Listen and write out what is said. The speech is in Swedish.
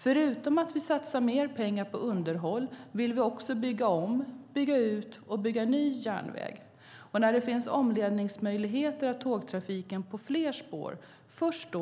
Förutom att vi satsar mer pengar på underhåll vill vi också bygga om, bygga ut och bygga ny järnväg. Först när det finns omledningsmöjligheter av tågtrafiken på fler spår